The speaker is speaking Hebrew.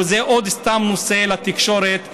או שזה עוד סתם נושא לתקשורת,